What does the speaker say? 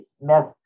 Smith